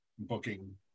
Booking